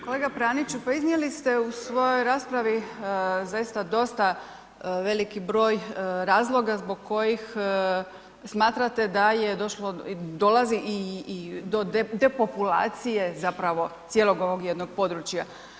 Kolega Praniću, pa iznijeli st u svojoj raspravi zaista dosta veliki broj razloga zbog kojih smatrate da došlo i dolazi i do depopulacije zapravo cijelog ovog jednog područja.